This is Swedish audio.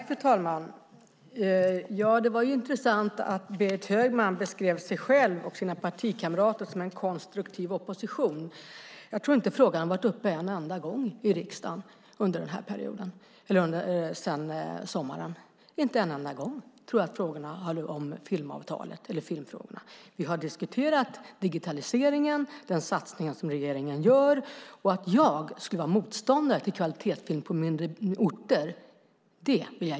Fru talman! Det var intressant att Berit Högman beskrev sig själv och sina partikamrater som en konstruktiv opposition. Jag tror inte att frågan har varit uppe en enda gång i riksdagen under perioden sedan sommaren, inte en enda gång har man lyft frågan om filmavtalet eller filmfrågorna. Vi har diskuterat digitaliseringen och den satsning som regeringen nu gör. Jag vill gärna se i skrift att jag skulle vara motståndare till kvalitetsfilm på mindre orter.